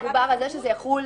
מדובר על זה שזה יחול,